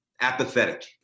Apathetic